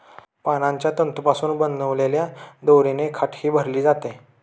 पानांच्या तंतूंपासून बनवलेल्या दोरीने खाटही भरली जाते